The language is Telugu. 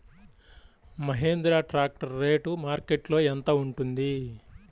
మహేంద్ర ట్రాక్టర్ రేటు మార్కెట్లో యెంత ఉంటుంది?